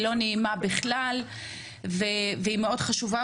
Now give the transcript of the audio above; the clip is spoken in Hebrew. היא לא נעימה בכלל והיא מאוד חשובה,